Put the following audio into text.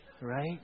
Right